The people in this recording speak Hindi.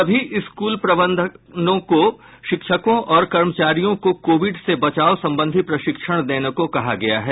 सभी स्कूल प्रबंधनों को शिक्षकों और कर्मचारियों को कोविड से बचाव संबंधी प्रशिक्षण देने को कहा गया है